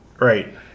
Right